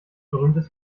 berühmtes